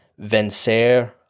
vencer